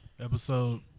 Episode